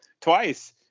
twice